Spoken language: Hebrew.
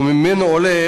וממנו עולה